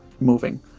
moving